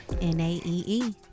N-A-E-E